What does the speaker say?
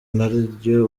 naryo